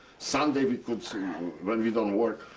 sunday we could see um when we don't work.